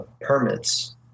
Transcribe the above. permits